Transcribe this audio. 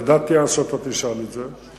ידעתי אז שתשאל את זה.